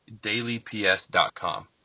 dailyps.com